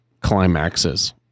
climaxes